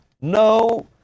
no